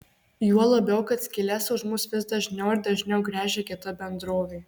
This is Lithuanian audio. juo labiau kad skyles už mus vis dažniau ir dažniau gręžia kita bendrovė